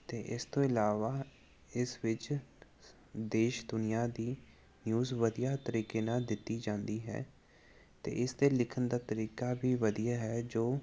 ਅਤੇ ਇਸ ਤੋਂ ਇਲਾਵਾ ਇਸ ਵਿੱਚ ਦੇਸ਼ ਦੁਨੀਆਂ ਦੀ ਨਿਊਜ਼ ਵਧੀਆ ਤਰੀਕੇ ਨਾਲ ਦਿੱਤੀ ਜਾਂਦੀ ਹੈ ਅਤੇ ਇਸ ਦੇ ਲਿਖਣ ਦਾ ਤਰੀਕਾ ਵੀ ਵਧੀਆ ਹੈ ਜੋ